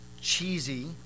cheesy